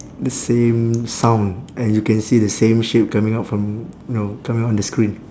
the same sound and you can see the same shape coming out from know coming out on the screen